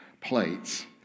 plates